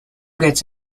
gets